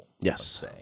Yes